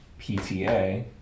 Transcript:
PTA